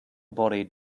body